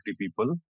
people